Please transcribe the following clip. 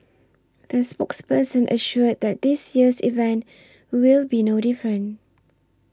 the spokesperson assured that this year's event will be no different